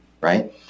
right